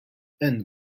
and